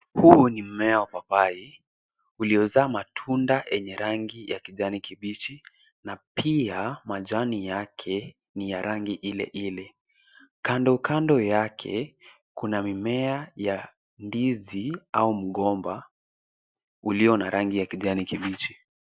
Huu ni mmea wa papai, uliyozaa matunda yenye rangi ya kijani kibichi na pia majani yake ni ya rangi ile ile. Kando kando yake kuna mimea ya ndizi au mgomba uliyo na rangi ya kijani kibichi.